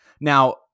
Now